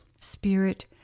spirit